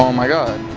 um my god.